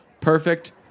perfect